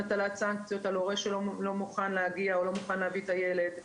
הטלת סנקציות על הורה שלא מוכן להגיע או לא מוכן להביא את הילד.